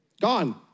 Gone